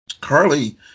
Carly